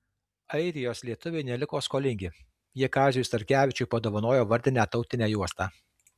airijos lietuviai neliko skolingi jie kaziui starkevičiui padovanojo vardinę tautinę juostą